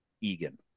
Egan